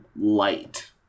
light